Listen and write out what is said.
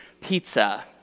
pizza